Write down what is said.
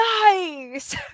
Nice